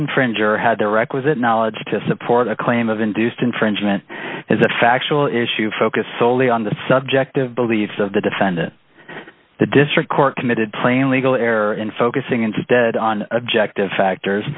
infringer had the requisite knowledge to support a claim of induced infringement as a factual issue focused solely on the subject of beliefs of the defendant the district court committed plain legal error in focusing instead on objective factors